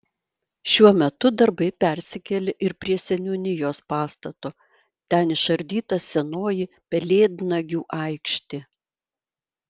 šiuo metu darbai persikėlė ir prie seniūnijos pastato ten išardyta senoji pelėdnagių aikštė